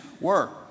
work